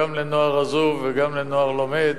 גם לנוער עזוב וגם לנוער לומד,